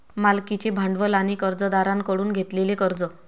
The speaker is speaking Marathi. मालकीचे भांडवल आणि कर्जदारांकडून घेतलेले कर्ज